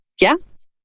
Yes